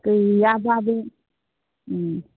गैयाबाबो